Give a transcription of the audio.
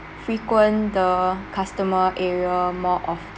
frequent the customer area more of